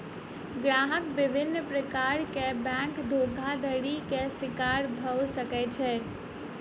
ग्राहक विभिन्न प्रकार के बैंक धोखाधड़ी के शिकार भअ सकै छै